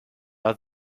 are